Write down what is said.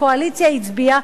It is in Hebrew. הקואליציה הצביעה,